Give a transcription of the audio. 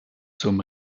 zum